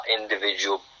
individual